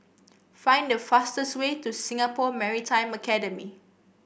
find the fastest way to Singapore Maritime Academy